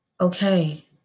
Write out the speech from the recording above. Okay